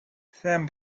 sam